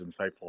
insightful